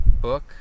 book